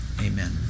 Amen